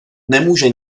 nemůže